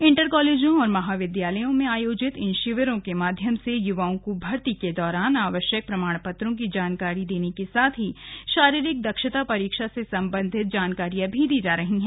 inter कॉलेजों और महाविद्यालयों में आयोजित इन कैम्पों के माध्यम से युवाओं को भर्ती के दौरान आवश्यक प्रमाणपत्रों की जानकारी देने के साथ ही शारीकि दर्धाता परीर्णा से संबंधित जानकारियां भी दी जा रही हैं